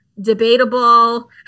debatable